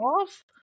off